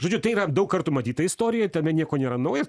žodžiu tai yra daug kartų matyta istorija tame nieko nėra naujo